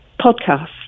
podcast